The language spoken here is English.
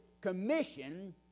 commission